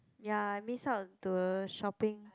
ya I miss out the shopping